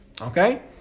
Okay